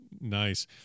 Nice